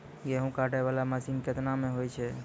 गेहूँ काटै वाला मसीन केतना मे होय छै?